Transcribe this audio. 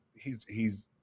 he's—he's